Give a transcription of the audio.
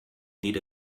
need